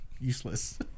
useless